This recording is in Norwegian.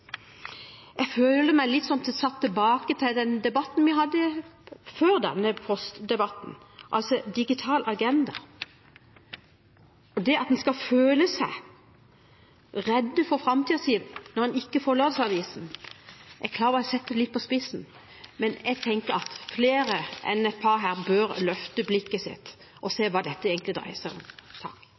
Jeg føler meg litt satt tilbake til den debatten vi hadde før denne postdebatten, altså om Digital agenda. Det at man skal føle seg redd for framtiden når man ikke får lørdagsavisen – jeg er klar over at jeg setter det litt på spissen, men jeg tenker at flere enn et par her bør løfte blikket og se hva dette egentlig dreier seg om.